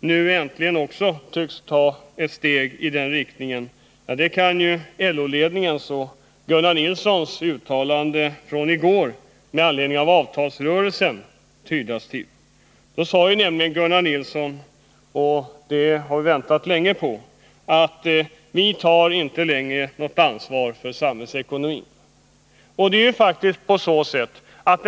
nu äntligen tycks ha tagit ett steg i den riktningen, tyder LO-ledningens och Gunnar Nilssons uttalande från i går med anledning av den kommande avtalsrörelsen på. Gunnar Nilsson sade nämligen — och det har vi väntat länge på — att LO inte längre kunde ta ansvar för Nr 27 samhällsekonomin.